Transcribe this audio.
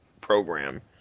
program